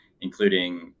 including